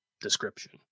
description